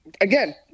Again